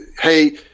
hey